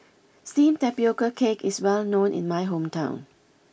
Steamed Tapioca Cake is well known in my hometown